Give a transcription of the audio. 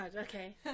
okay